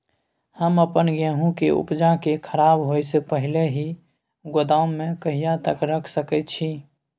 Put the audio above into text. हम अपन गेहूं के उपजा के खराब होय से पहिले ही गोदाम में कहिया तक रख सके छी?